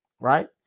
right